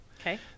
Okay